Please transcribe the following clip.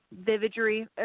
vividry